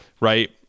right